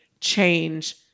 change